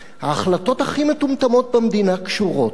ההחלטות הכי מטומטמות במדינה קשורות אליו,